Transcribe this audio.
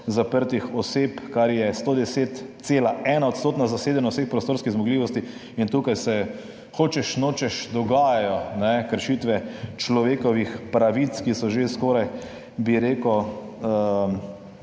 zaprtih oseb, kar je 110,1-odstotna zasedenost vseh prostorskih zmogljivosti, in tukaj se hočeš nočeš dogajajo kršitve človekovih pravic, ki so že skoraj sistemske